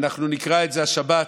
ואנחנו נקרא את זה השבת,